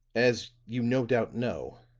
as you no doubt know,